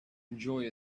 enjoy